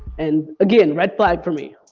and again, red flag for me.